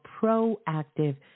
proactive